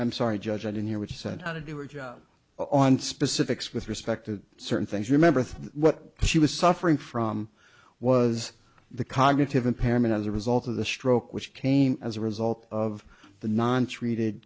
i'm sorry judge i didn't hear which said how to do our job on specifics with respect to certain things remember what she was suffering from was the cognitive impairment as a result of the stroke which came as a result of the non treated